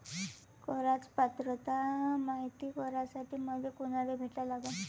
कराच पात्रता मायती करासाठी मले कोनाले भेटा लागन?